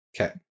Okay